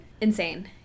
Insane